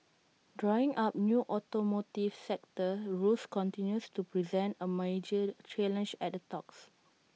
drawing up new automotive sector rules continues to present A major challenge at the talks